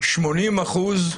80 אחוזים,